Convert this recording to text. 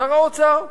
שר האוצר.